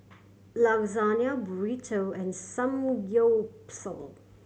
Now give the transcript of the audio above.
Lasagne Burrito and Samgyeopsal